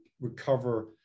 recover